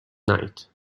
night